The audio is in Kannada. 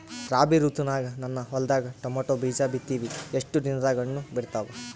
ರಾಬಿ ಋತುನಾಗ ನನ್ನ ಹೊಲದಾಗ ಟೊಮೇಟೊ ಬೀಜ ಬಿತ್ತಿವಿ, ಎಷ್ಟು ದಿನದಾಗ ಹಣ್ಣ ಬಿಡ್ತಾವ?